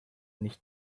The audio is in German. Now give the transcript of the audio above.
nicht